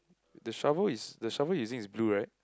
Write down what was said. the shovel is the shovel he's using is blue right